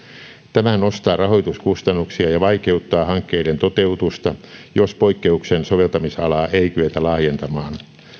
tämä nostaa rahoituskustannuksia ja vaikeuttaa hankkeiden toteutusta jos poikkeuksen soveltamisalaa ei kyetä laajentamaan